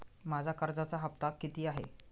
माझा कर्जाचा हफ्ता किती आहे?